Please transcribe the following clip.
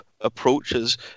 approaches